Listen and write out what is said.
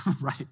right